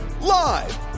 Live